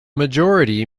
majority